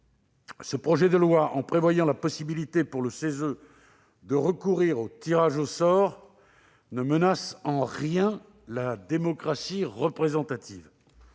ce projet de loi organique, en prévoyant la possibilité pour le CESE de recourir au tirage au sort, ne menace en rien la démocratie représentative.